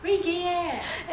very gay leh